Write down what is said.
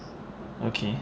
okay